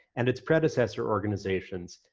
and its predecessor organizations,